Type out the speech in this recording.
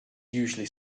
usually